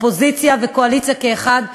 אופוזיציה וקואליציה כאחד,